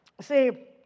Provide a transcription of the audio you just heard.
see